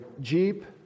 Jeep